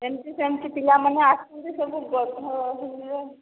ଏମିତି ସେମିତି ପିଲାମାନେ ଆସୁଛନ୍ତି ସବୁ ଗଧ ଶ୍ରେଣୀର